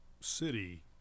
city